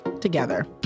together